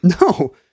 no